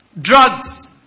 Drugs